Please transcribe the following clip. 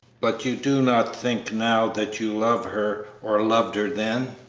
but you do not think now that you love her or loved her then?